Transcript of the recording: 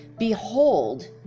behold